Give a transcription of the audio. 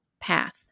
path